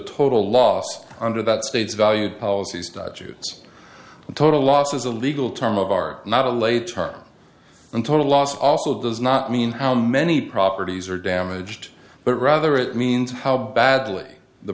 total loss under that state's valued policies digests total loss is a legal term of art not a late term and total loss also does not mean how many properties are damaged but rather it means how badly the